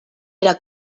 era